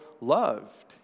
loved